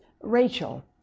Rachel